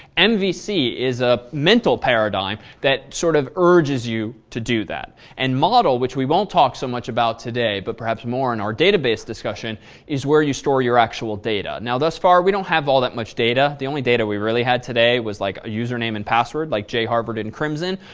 and mvc is a mental paradigm that sort of urges you to do that and model which we won't talk so much about today but perhaps more in our database discussion is where you store your actual data. now thus far, we don't have all that much data. the only data we really had today was like a user name and password, like jharvard and crimson.